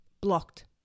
blocked